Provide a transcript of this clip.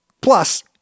Plus